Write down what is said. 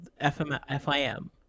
FIM